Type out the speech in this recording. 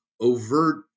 overt